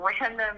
random